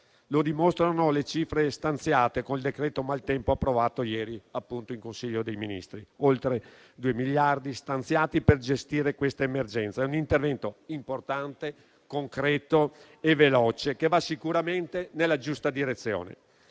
Lo dimostrano le cifre stanziate con il decreto maltempo, approvato ieri: oltre due miliardi stanziati per gestire questa emergenza. È un intervento importante, concreto e veloce, che va sicuramente nella giusta direzione.